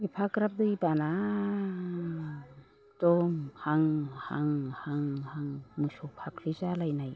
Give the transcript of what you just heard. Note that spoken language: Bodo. एफाग्राब दै बाना एकदम हां हां हां हां मोसौफाख्रि जालायनाय